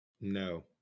No